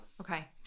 okay